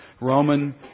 Roman